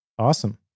Awesome